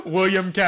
William